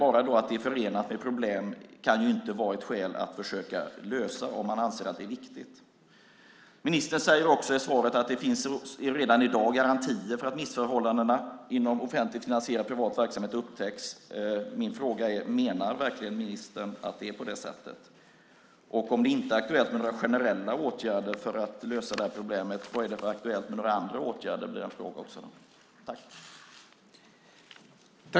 Att det är förenat med problem kan ju inte vara ett skäl till att inte försöka lösa det, om man anser att det är viktigt. Ministern säger också i svaret att det redan i dag finns garantier för att missförhållandena inom offentligt finansierad privat verksamhet upptäcks. Min fråga är: Menar ministern verkligen att det är på det sättet? Om det inte är aktuellt med några generella åtgärder för att lösa problemet, vilka andra åtgärder är aktuella?